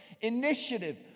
initiative